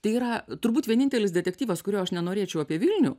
tai yra turbūt vienintelis detektyvas kurio aš nenorėčiau apie vilnių